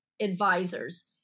advisors